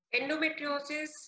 Endometriosis